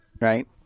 right